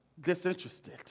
Disinterested